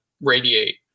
radiate